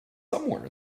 somewhere